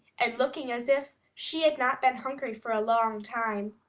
and looking as if she had not been hungry for a long time.